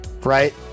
right